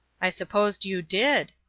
i supposed you did,